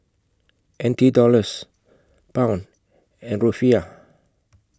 N T Dollars Pound and Rufiyaa